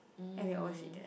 and we always eat there